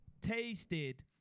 tasted